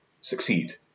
succeed